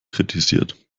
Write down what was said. kritisiert